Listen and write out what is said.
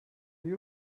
you